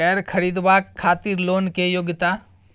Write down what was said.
कैर खरीदवाक खातिर लोन के योग्यता?